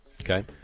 Okay